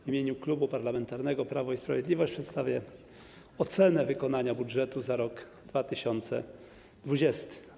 W imieniu Klubu Parlamentarnego Prawo i Sprawiedliwość przedstawię ocenę wykonania budżetu za roku 2020.